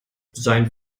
sein